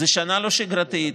זו שנה לא שגרתית,